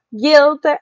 guilt